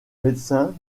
médecin